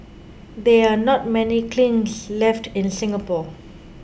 there are not many kilns left in Singapore